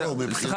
לא, אבל סליחה.